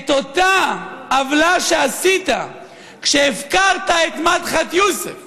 את אותה עוולה שעשית כשהפקרת את מדחת יוסף